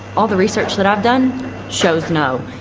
all the research that i've done shows no.